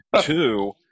Two